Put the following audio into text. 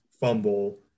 fumble